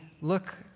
look